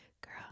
girl